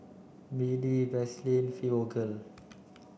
B D Vaselin Fibogel